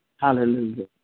Hallelujah